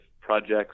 projects